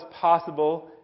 possible